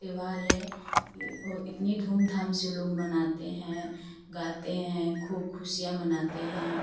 त्योहार हैं कि बहुत इतनी धूम धाम से लोग मनाते हैं गाते हैं खूब खुशियाँ मनाते हैं